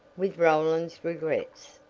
with roland's regrets,